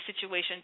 situation